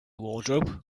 wardrobe